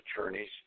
attorneys